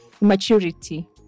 maturity